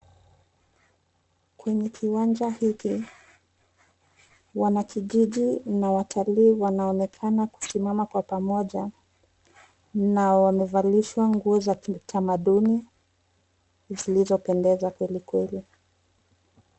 Kwenye kiwanja hiki, wanakijiji na watalii wanaonekana kusimama kwa pamoja na wamevalishwa nguo za kitamaduni zilizopendeza kwelikweli.